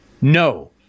no